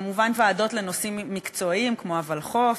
כמובן הוועדות לנושאים מקצועיים כמו הוולחו"ף,